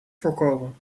voorkomen